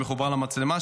שמחובר למצלמה,